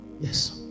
yes